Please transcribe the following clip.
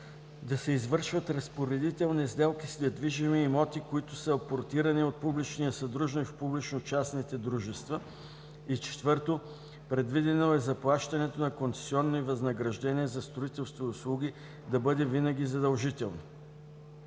да се извършват разпоредителни сделки с недвижими имоти, които са апортирани от публичния съдружник в публично-частните дружества и 4. предвидено е заплащането на концесионни възнаграждения за строителство и услуги да бъде винаги задължително.